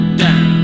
down